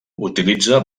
utilitza